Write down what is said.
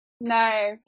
No